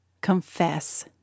confess